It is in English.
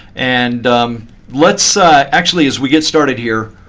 and let's actually, as we get started here,